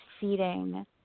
feeding